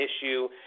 issue